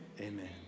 amen